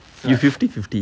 so I